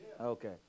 Okay